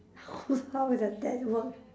how will that that work